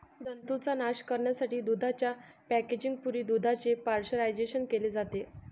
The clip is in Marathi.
जंतूंचा नाश करण्यासाठी दुधाच्या पॅकेजिंग पूर्वी दुधाचे पाश्चरायझेशन केले जाते